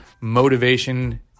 motivation